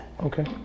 Okay